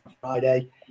friday